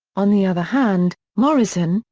on the other hand, morrison,